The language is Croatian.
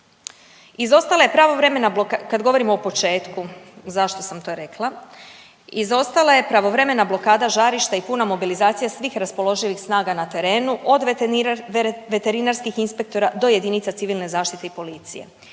izostala je pravovremena blokada žarišta i puna mobilizacija svih raspoloživih snaga na terenu od veterinarskih inspektora do jedinica civilne zaštite i policije.